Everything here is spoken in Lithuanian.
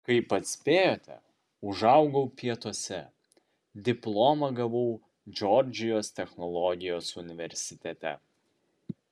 kaip atspėjote užaugau pietuose diplomą gavau džordžijos technologijos universitete